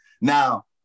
Now